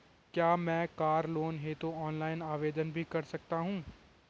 क्या मैं car loan हेतु ऑनलाइन आवेदन भी कर सकता हूँ?